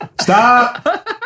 Stop